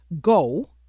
go